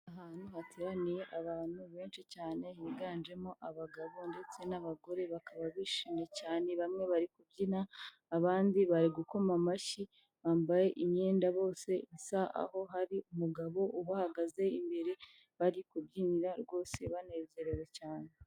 Ahantu hateraniye abantu benshi cyane higanjemo abagabo ndetse n'abagore, bakaba bishimye cyane bamwe bari kubyina abandi bari gukoma amashyi. Bambaye imyenda bose isa aho hari umugabo ubahagaze imbere bari kubyinira rwose banezerewe cyane.